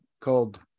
called